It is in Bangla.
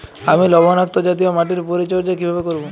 আমি লবণাক্ত জাতীয় মাটির পরিচর্যা কিভাবে করব?